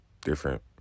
different